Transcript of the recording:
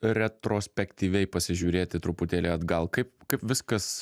retrospektyviai pasižiūrėti truputėlį atgal kaip kaip viskas